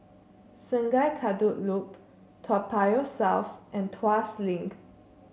Sungei Kadut Loop Toa Payoh South and Tuas Link